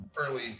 early